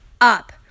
up